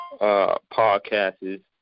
podcasts